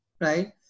right